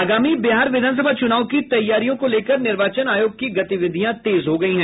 आगामी बिहार विधानसभा चुनाव की तैयारियों को लेकर निर्वाचन आयोग की गतिविधियां तेज हो गयी हैं